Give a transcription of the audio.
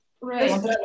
Right